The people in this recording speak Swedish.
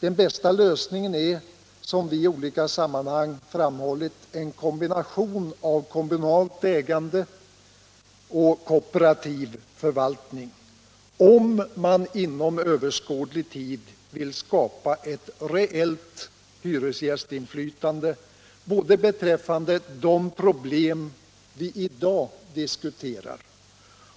Den bästa lösningen är, som vi i olika sammanhang framhållit, en kombination av kommunalt ägande och kooperativ förvaltning, om man inom överskådlig tid vill skapa ett reellt hyresgästinflytande beträffande både de problem vi i dag diskuterar